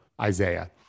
Isaiah